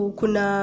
kuna